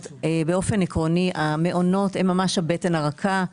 באופן עקרוני המעונות הם ממש הבטן הרכה.